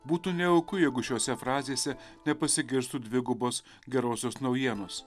būtų nejauku jeigu šiose frazėse nepasigirstų dvigubos gerosios naujienos